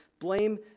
Blame